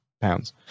pounds